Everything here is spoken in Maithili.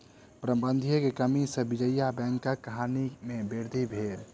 प्रबंधन के कमी सॅ लक्ष्मी विजया बैंकक हानि में वृद्धि भेल